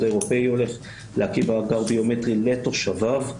האירופאי הולך להקים מאגר ביומטרי לתושביו,